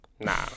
Nah